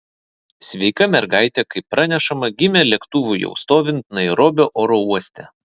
sveika mergaitė kaip pranešama gimė lėktuvui jau stovint nairobio oro uoste